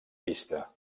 pista